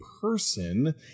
Person